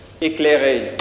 éclairé